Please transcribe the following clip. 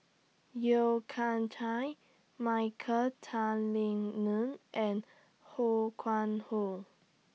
Yeo Kian Chai Michael Tan Kim Nei and Ho Yuen Hoe